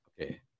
Okay